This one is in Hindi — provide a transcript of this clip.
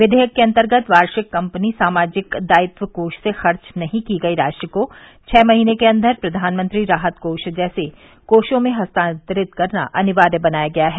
विधेयक के अंतर्गत वार्षिक कंपनी सामाजिक दायित्व कोष से खर्च नहीं की गई राशि को छह महीने के अंदर प्रधानमंत्री राहत कोष जैसे कोषों में हस्तांतरित करना अनिवार्य बनाया गया है